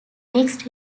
mixed